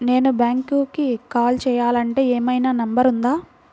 నేను బ్యాంక్కి కాల్ చేయాలంటే ఏమయినా నంబర్ ఉందా?